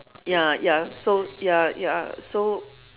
ya ya so ya ya so